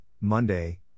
Monday